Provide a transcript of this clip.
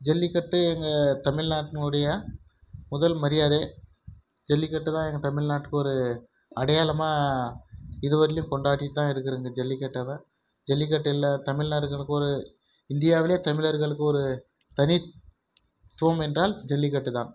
ஜல்லிக்கட்டு எங்கள் தமிழ்நாட்டினுடைய முதல் மரியாதை ஜல்லிக்கட்டுதான் எங்கள் தமிழ்நாட்டுக்கு ஒரு அடையாளமாக இதுவரையிலையும் கொண்டாடிகிட்டு தான் இருக்கிறோங்க ஜல்லிக்கட்டெலாம் ஜல்லிக்கட்டு இல்லை தமிழர்களுக்கு ஒரு இந்தியாவில் தமிழர்களுக்கு ஒரு தனித்துவம் என்றால் ஜல்லிக்கட்டு தான்